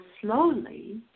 slowly